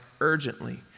urgently